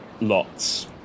Lots